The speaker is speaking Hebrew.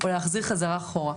או להחזיר חזרה אחורה.